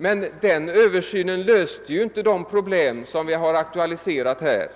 Men den översynen löste ju inte de problem som vi har aktualiserat här,